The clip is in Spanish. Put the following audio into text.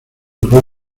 incluye